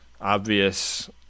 obvious